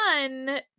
one